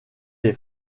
est